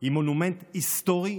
היא מונומנט היסטורי,